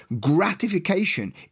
gratification